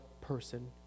person